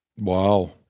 wow